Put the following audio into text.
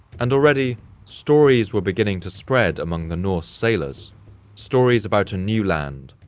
and already stories were beginning to spread among the norse sailors stories about a new land,